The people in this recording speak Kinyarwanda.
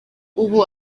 ubu